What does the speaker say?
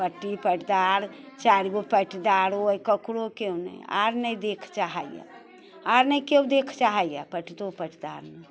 पट्टी पट्टीदार चारिगो पटिदारो अइ केकरो केओ नहि आर नहि देखि चाहैया आर नहि केओ देखऽ चाहैया पट्टियो पट्टीदार नहि